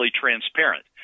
transparent